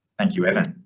thank you, evan.